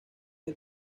del